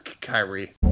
Kyrie